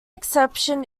exception